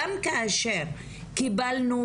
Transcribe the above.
גם כאשר קיבלנו,